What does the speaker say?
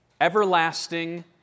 Everlasting